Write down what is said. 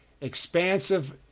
expansive